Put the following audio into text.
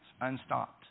unstopped